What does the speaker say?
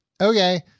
okay